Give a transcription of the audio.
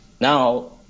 now